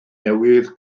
newydd